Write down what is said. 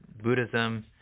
Buddhism